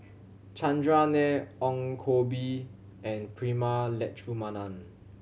Chandran Nair Ong Koh Bee and Prema Letchumanan